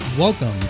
Welcome